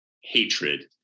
hatred